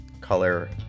color